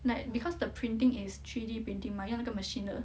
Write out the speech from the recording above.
like because the printing is three D printing mah 用那个 machine 的